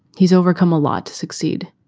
he's overcome a lot to succeed.